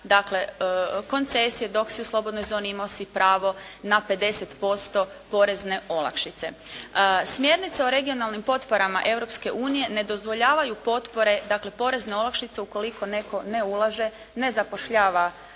dakle koncesije dok si u slobodnoj zoni imao si pravo na 50% porezne olakšice. Smjernice o regionalnim potporama Europske unije ne dozvoljavaju potpore dakle porezne olakšice ukoliko netko ne ulaže, ne zapošljava